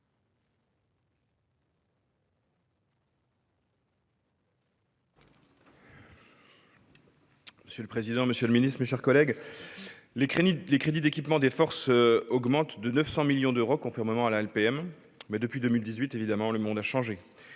Monsieur le président, monsieur le ministre, mes chers collègues, les crédits d'équipement des forces augmentent de 900 millions d'euros, conformément à la LPM. Mais depuis 2018, le monde a changé.